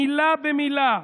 מילה במילה: